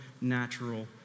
natural